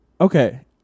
okay